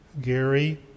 Gary